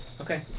Okay